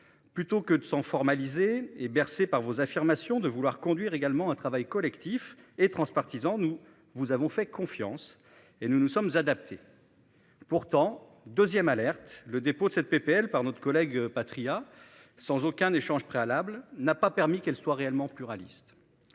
plutôt que de s'en formaliser et bercé par vos affirmations de vouloir conduire également un travail collectif et transpartisan. Nous vous avons fait confiance et nous nous sommes adaptés. Pourtant 2ème, alerte le dépôt de cette PPL par notre collègue Patriat sans aucun échange préalable n'a pas permis qu'elle soit réellement pluraliste.